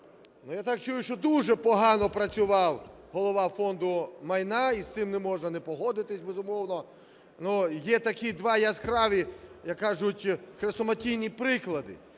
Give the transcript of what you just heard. я так чую, що дуже погано працював Голова Фонду майна, і з цим не можна не погодитися, безумовно. Но є такі два яскраві, як кажуть, хрестоматійні приклади.